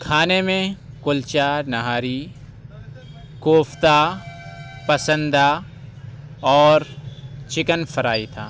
کھانے میں کلچا نہاری کوفتہ پسندا اور چکن فرائی تھا